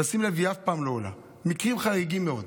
תשים לב, היא אף פעם לא עולה, מקרים חריגים מאוד.